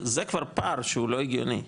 זה כבר פער שהוא לא הגיוני,